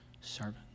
servant